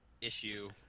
issue